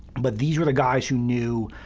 but these were the guys who knew